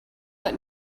but